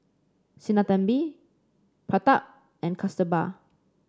Sinnathamby Pratap and Kasturba